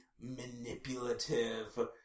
manipulative